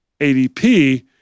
ADP